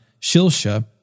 Shilsha